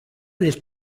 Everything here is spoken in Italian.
del